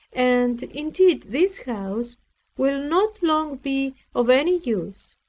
and indeed this house will not long be of any use,